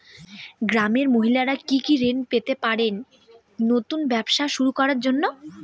গ্রামের মহিলারা কি কি ঋণ পেতে পারেন নতুন ব্যবসা শুরু করার জন্য?